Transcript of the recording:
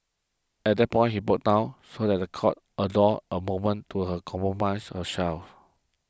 at that point he broke down so that the court a door a moment to her compromise herself